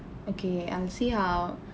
okay I'll see how